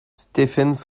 stephens